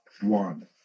one